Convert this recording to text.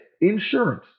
insurance